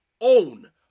own